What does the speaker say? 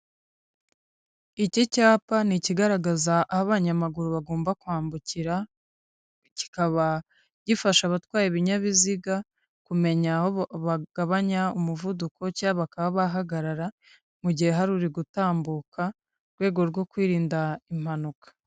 Iki cyapa ni ikigaragaza aho abanyamaguru bagomba kwambukira, kikaba gifasha abatwaye ibinyabiziga kumenya aho bagabanya umuvuduko cyangwa bakaba bahagarara mu gihe hari uri gutambuka rwego rwo kwirinda impanuka.